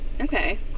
Okay